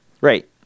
Right